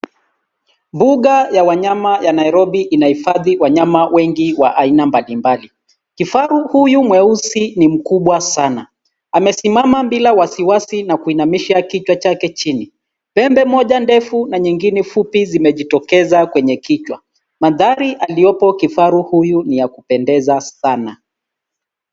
Mbuga ya wanyama ya Nairobi inahifadhi wanyama wengi wa aina mbalimbali. Kifaru huyu mweusi ni mkubwa sana. Amesimama bila wasiwasi na kuinamishia kichwa chake chini. Pembe moja ndefu na nyengini fupi zimejitokeza kwenye kichwa. Mandhari aliyopo kifaru huyu ni ya kupendeza sana.